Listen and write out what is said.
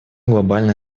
глобальная